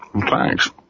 Thanks